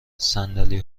صندلی